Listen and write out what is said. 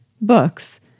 Books